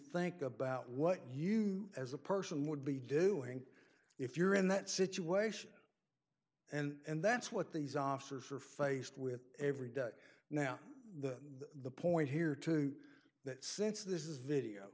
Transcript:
think about what you as a person would be doing if you're in that situation and that's what these officers are faced with every day now the point here too that since this is video